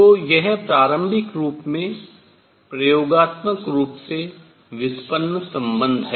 तो यह प्रारंभिक रूप में प्रयोगात्मक रूप से व्युत्पन्न संबंध है